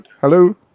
Hello